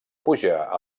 pujar